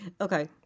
Okay